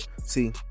see